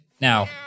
Now